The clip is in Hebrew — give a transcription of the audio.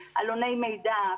עלוני מידע,